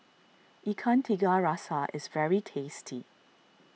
Ikan Tiga Rasa is very tasty